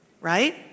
right